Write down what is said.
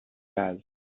does